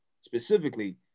specifically